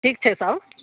ठीक छै तब